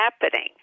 happening